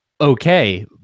Okay